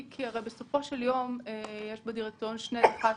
כי הרי בסופו של יום יש בדירקטוריון שני דח"צים.